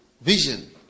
vision